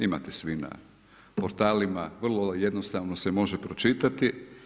Imate svi na portalima, vrlo jednostavno se može pročitati.